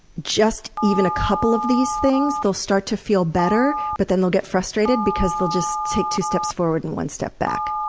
just even a couple of these things, they'll start to feel better, but then they'll get frustrated because they'll just take two steps forward and one steps back.